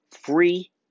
free